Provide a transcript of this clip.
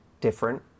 different